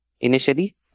initially